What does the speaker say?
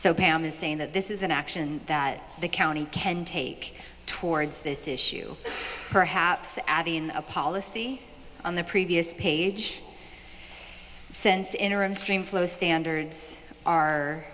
pam is saying that this is an action that the county can take towards this issue perhaps adding a policy on the previous page since interim stream flow standards are